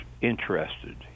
interested—